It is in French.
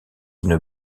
une